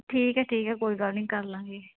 ਠੀਕ ਹੈ ਠੀਕ ਹੈ ਕੋਈ ਗੱਲ ਨਹੀਂ ਕਰ ਲਵਾਂਗੇ